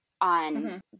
on